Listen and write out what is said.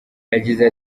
yagize